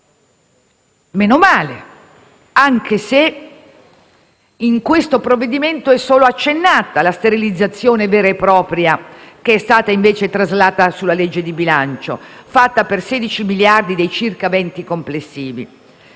e meno male, anche se in questo provvedimento è solo accennata la sterilizzazione vera e propria che è stata invece traslata sulla legge di bilancio, fatta per 16 miliardi dei circa 20 complessivi.